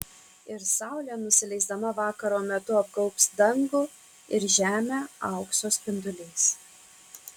ir saulė nusileisdama vakaro metu apgaubs dangų ir žemę aukso spinduliais